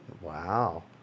Wow